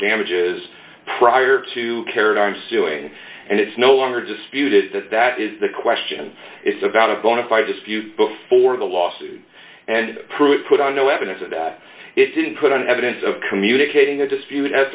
damages prior to care and i'm suing and it's no longer disputed that that is the question is about a bona fide dispute before the lawsuit and proof put on no evidence and that it didn't put on evidence of communicating a dispute as